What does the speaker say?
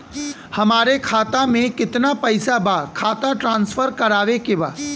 हमारे खाता में कितना पैसा बा खाता ट्रांसफर करावे के बा?